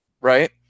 right